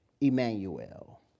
Emmanuel